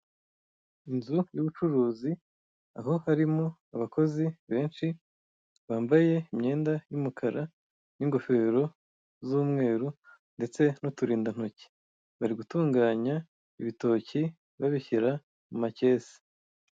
Inzu y'ubucuruzi aho harimo abakozi benshi bambaye imyenda y'umukara n'ingofero z'umweru ndetse n'uturindantoki, bari gutunganya ibitoki babishyira mu makesi.